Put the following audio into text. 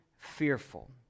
fearful